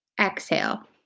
exhale